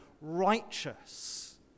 righteous